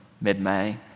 mid-May